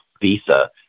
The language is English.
visa